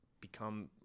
become